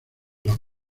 las